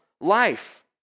life